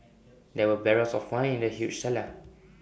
there were barrels of wine in the huge cellar